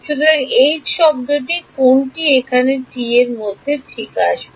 সুতরাং শব্দটি কোনটি এখানে এর মধ্য দিয়ে আসবে